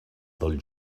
del